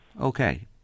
Okay